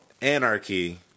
anarchy